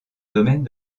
domaine